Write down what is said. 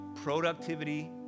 productivity